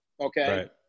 Okay